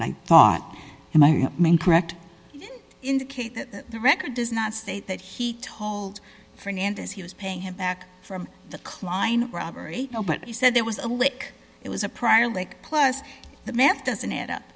it i thought in my mind correct indicate that the record does not state that he told fernandez he was paying him back from the klein robbery but he said there was a lick it was a prior like plus the math doesn't add